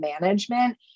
management